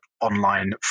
online